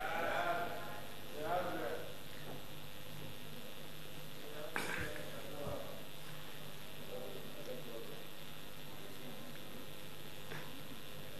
ההצעה להעביר את הצעת חוק התקשורת (בזק ושידורים)